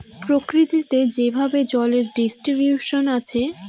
প্রকৃতিতে যেভাবে জলের ডিস্ট্রিবিউশন আছে